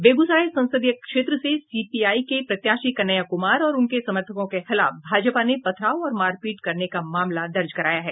बेगूसराय संसदीय क्षेत्र से सीपीआई के प्रत्याशी कन्हैया कुमार और उनके समर्थकों के खिलाफ भाजपा ने पथराव और मारपीट करने का मामला दर्ज कराया है